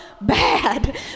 Bad